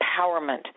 empowerment